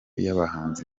y’abahanzi